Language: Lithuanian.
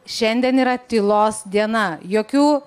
šiandien yra tylos diena jokių